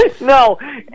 No